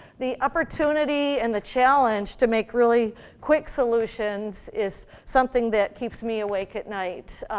the opportunity and the challenge to make really quick solutions is something that keeps me awake at night,